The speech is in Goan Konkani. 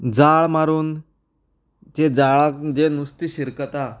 जाळ मारून जें जाळाक जें नुस्तें शिरकता